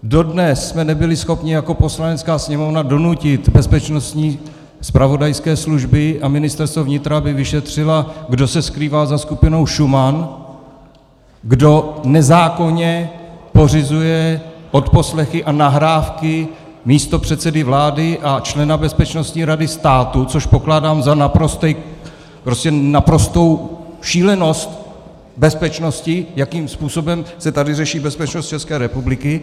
Dodnes jsme nebyli schopni jako Poslanecká sněmovna donutit bezpečnostní zpravodajské služby a Ministerstvo vnitra, aby vyšetřily, kdo se skrývá za skupinou Šuman, kdo nezákonně pořizuje odposlechy a nahrávky místopředsedy vlády a člena Bezpečnostní rady státu, což pokládám za naprostou šílenost v bezpečnosti, jakým způsobem se tady řeší bezpečnost České republiky.